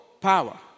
power